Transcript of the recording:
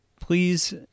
please